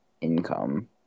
income